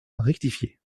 rectifié